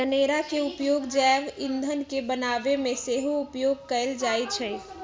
जनेरा के उपयोग जैव ईंधन के बनाबे में सेहो उपयोग कएल जाइ छइ